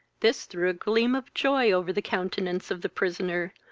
this threw a gleam of joy over the countenance of the prisoner,